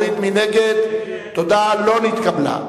8 לא נתקבלה.